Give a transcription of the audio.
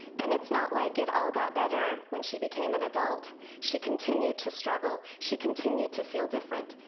and it's not like it all got better when she became an adult. she continued to struggle, she continued to feel different,